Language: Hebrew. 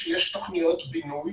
יש תוכניות בינוי,